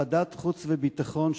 ועדת חוץ וביטחון,